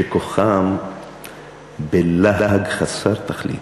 שכוחם בלהג חסר תכלית.